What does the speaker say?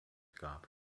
gab